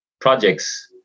projects